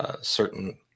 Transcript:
certain